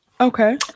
Okay